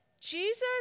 Jesus